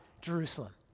jerusalem